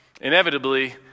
inevitably